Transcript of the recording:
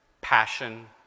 passion